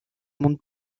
monde